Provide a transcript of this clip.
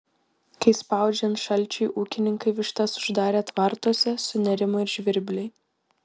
kai spaudžiant šalčiui ūkininkai vištas uždarė tvartuose sunerimo ir žvirbliai